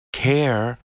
care